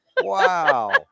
Wow